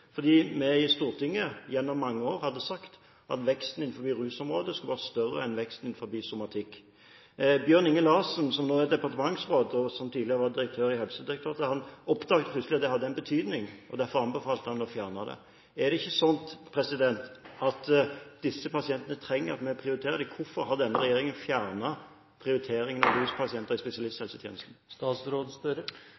fordi vi i Stortinget gjennom mange år hadde sagt at veksten innenfor rusområdet skulle være større enn veksten innenfor somatikken. Bjørn-Inge Larsen, som nå er departementsråd og tidligere var direktør i Helsedirektoratet, oppdaget plutselig at det hadde en betydning, og derfor anbefalte han å fjerne det. Er det ikke slik at disse pasientene trenger at vi prioriterer dem? Hvorfor har denne regjeringen fjernet prioriteringen av ruspasienter i